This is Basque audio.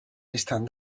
bistan